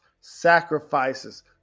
sacrifices